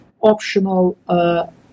optional